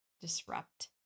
disrupt